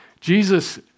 Jesus